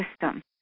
system